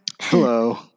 Hello